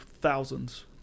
thousands